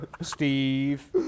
Steve